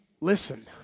listen